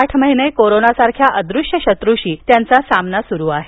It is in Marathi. आठ महिने कोरोनासारख्या अदृश्य शत्रशी त्यांचा लढा सुरू आहे